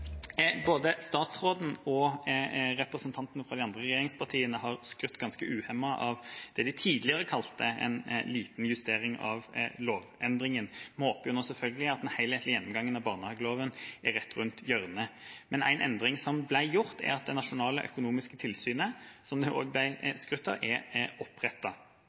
Både statsråden og representantene fra de andre regjeringspartiene har skrytt ganske uhemmet av det de tidligere kalte en liten justering av lovendringen. Vi håper selvfølgelig nå at den helhetlige gjennomgangen av barnehageloven er rett rundt hjørnet. Men en endring som ble gjort, er at det nasjonale økonomiske tilsynet, som det også ble skrytt av, er